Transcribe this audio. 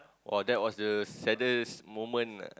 !wah! that was the saddest moment